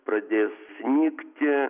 pradės snigti